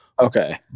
Okay